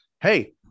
hey